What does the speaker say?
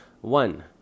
One